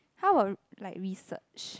how about like research